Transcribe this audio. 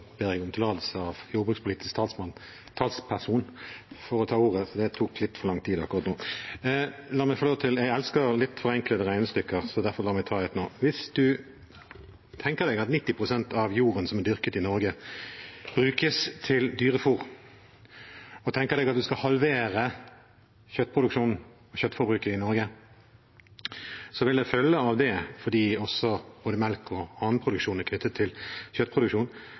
ber jeg om tillatelse fra jordbrukspolitisk talsperson til å ta ordet. Jeg elsker litt forenklede regnestykker, la meg derfor ta et nå. 90 pst. av jorden som er dyrket i Norge, brukes til dyrefôr. Hvis man tenker seg at man skal halvere kjøttproduksjonen, kjøttforbruket, i Norge, så vil det følge av det, fordi både melk og annen produksjon også er knyttet til kjøttproduksjon,